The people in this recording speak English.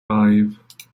five